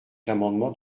l’amendement